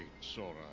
Sora